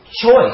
choice